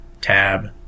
tab